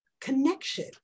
connection